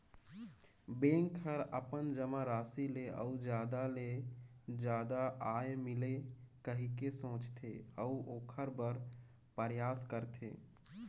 bank हर अपन जमा राशि ले अउ जादा ले जादा आय मिले कहिके सोचथे, अऊ ओखर बर परयास करथे